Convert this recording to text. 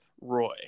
Roy